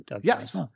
Yes